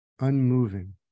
unmoving